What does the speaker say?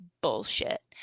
bullshit